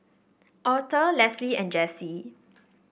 Aurthur Leslie and Jessi